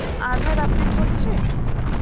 আধার update হচ্ছে?